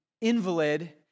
invalid